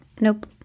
Nope